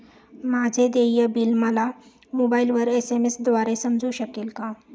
माझे देय बिल मला मोबाइलवर एस.एम.एस द्वारे समजू शकेल का?